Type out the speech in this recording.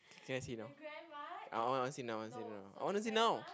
can I see now I want to see now I want to see now I want to see now